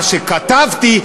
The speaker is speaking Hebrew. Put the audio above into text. מה שכתבתי,